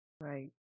Right